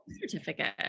certificate